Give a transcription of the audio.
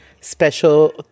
special